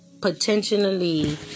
potentially